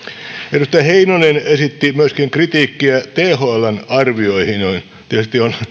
edustaja heinonen esitti myöskin thln arvioihin kritiikkiä johon tietysti on